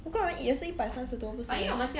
五个人 eat 也是一百三多不是 meh